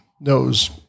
knows